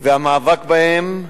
והמאבק בהם,